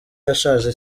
yashaje